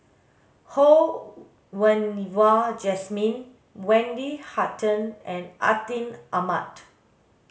Ho Wen Wah Jesmine Wendy Hutton and Atin Amat